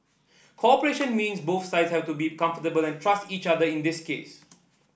cooperation means both sides have to be comfortable and trust each other in this case